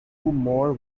more